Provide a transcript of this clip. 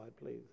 please